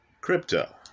crypto